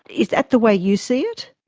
is that the way you see it?